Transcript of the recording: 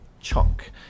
chunk